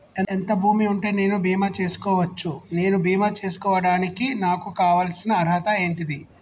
ఎంత భూమి ఉంటే నేను బీమా చేసుకోవచ్చు? నేను బీమా చేసుకోవడానికి నాకు కావాల్సిన అర్హత ఏంటిది?